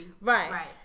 Right